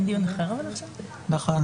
אני